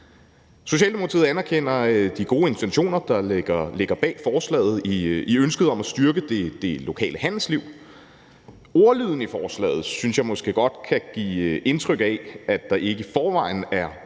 Socialdemokratiet anerkender de gode intentioner, der ligger bag forslaget, i ønsket om at styrke det lokale handelsliv. Ordlyden i forslaget synes jeg måske godt kan give indtryk af, at der ikke i forvejen er